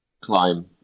climb